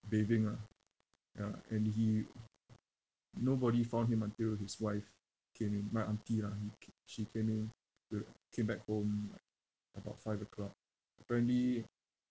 bathing ah ya and he nobody found him until his wife came in my auntie lah he ca~ she came in to came back home like about five o'clock apparently